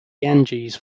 ganges